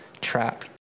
trap